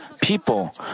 people